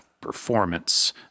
Performance